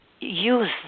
Use